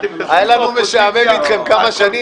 היה לנו משעמם איתכם כמה שנים.